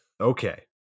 Okay